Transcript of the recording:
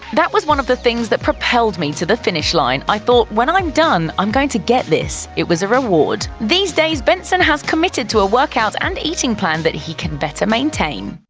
that was one of the things that propelled me to the finish line. i thought, when i'm like done i'm going to get this. it was a reward. these days, benson has committed to a workout and eating plan that he can better maintain.